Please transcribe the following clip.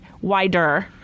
wider